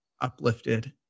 uplifted